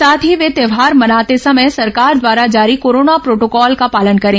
साथ ही वे त्यौहार मनाते समय सरकार द्वारा जारी कोरोना प्रोटोकॉल का पालन करें